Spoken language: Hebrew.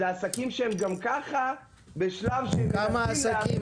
אלה עסקים שהם גם ככה בשלב שהם מנסים --- כמה עסקים